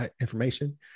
information